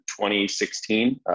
2016